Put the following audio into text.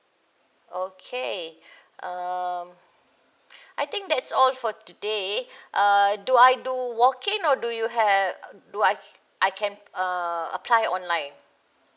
okay um I think that's all for today err do I do walk in or do you have do I I can uh apply online